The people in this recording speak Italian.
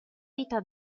vita